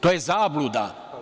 To je zabluda.